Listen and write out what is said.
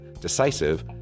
decisive